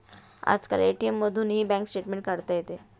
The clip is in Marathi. आजकाल ए.टी.एम मधूनही बँक स्टेटमेंट काढता येते